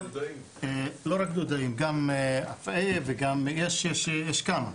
לא רק דודאים, גם אפעה ויש כמה.